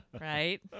Right